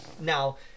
Now